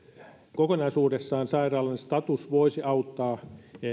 kokonaisuudessaan sairaalan status voisi auttaa